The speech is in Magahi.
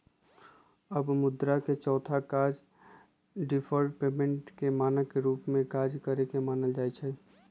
अब मुद्रा के चौथा काज डिफर्ड पेमेंट के मानक के रूप में काज करेके न मानल जाइ छइ